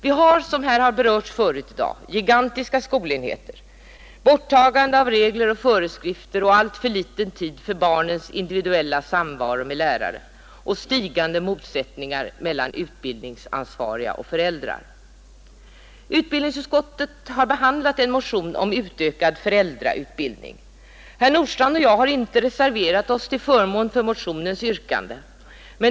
Vi har, som här har berörts tidigare i dag, gigantiska skolenheter, borttagande av regler och föreskrifter samt alltför liten tid för barnens individuella samvaro med lärare och stigande motsättningar mellan utbildningsansvariga och föräldrar. Utbildningsutskottet har behandlat en motion om utökad föräldrautbildning. Herr Nordstrandh och jag har inte reserverat oss till förmån för motionens yrkande.